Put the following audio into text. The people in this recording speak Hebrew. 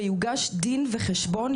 ויוגש דין וחשבון,